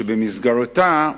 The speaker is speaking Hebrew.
שבמסגרתה,